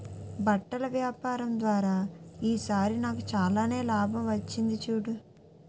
బట్టల వ్యాపారం ద్వారా ఈ సారి నాకు చాలానే లాభం వచ్చింది చూడు